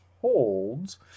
holds